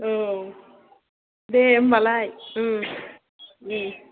औ दे होनबालाय दे